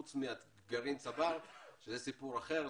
חוץ מגרעין צבר שהוא סיפור אחר,